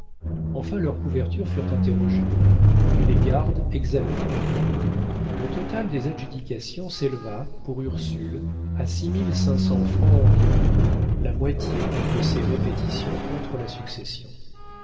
enfin leurs couvertures furent interrogées et les gardes examinées le total des adjudications s'éleva pour ursule à six mille cinq cents francs environ la moitié de ses répétitions contre la succession